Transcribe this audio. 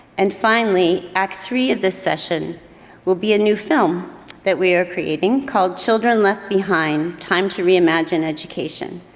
and finally, act three of this session will be a new film that we are creating called children left behind time to reimagine education.